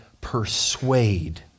persuade